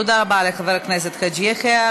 תודה רבה לחבר הכנסת חאג' יחיא.